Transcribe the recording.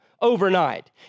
overnight